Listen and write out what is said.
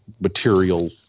material